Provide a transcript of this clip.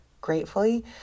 Gratefully